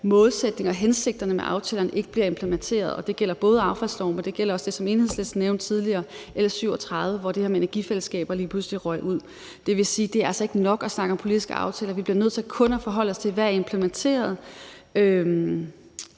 målsætningen og hensigterne med aftalerne ikke bliver implementeret, og det gælder både affaldsloven, og det gælder det, som Enhedslisten nævnte tidligere, L 37, hvor det her med energifællesskaber lige pludselig røg ud. Det vil sige, at det altså ikke er nok at snakke om politiske aftaler. Vi bliver nødt til kun at forholde os til, hvad der er implementeret.